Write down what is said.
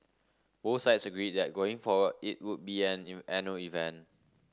both sides agreed that going forward it would be an annual event